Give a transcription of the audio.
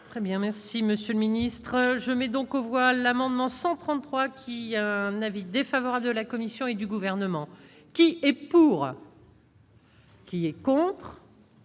Très bien, merci Monsieur le Ministre, je mets donc voilà l'amendement 133 qui a un avis défavorable de la Commission et du gouvernement qui est pour. Qui est con.